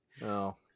no